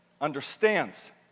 understands